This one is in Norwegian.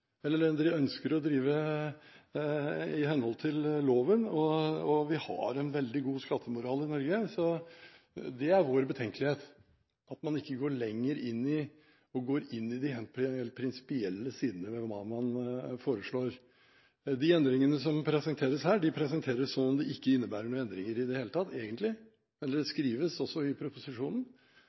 i henhold til loven. Vi har en veldig god skattemoral i Norge. Så det er vår betenkelighet – at man ikke går inn i de helt prinsipielle sidene ved hva man foreslår. De endringene som presenteres her, presenteres som om det egentlig ikke er noen endringer i det hele tatt, det skrives også i proposisjonen.